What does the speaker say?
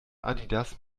adidas